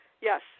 Yes